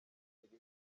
iriho